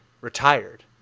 retired